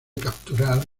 capturar